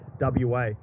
wa